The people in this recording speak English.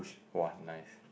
!wah! nice